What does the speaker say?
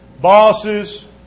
bosses